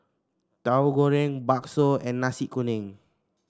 Tahu Goreng bakso and Nasi Kuning